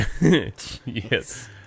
Yes